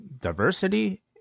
diversity